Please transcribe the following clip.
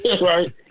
right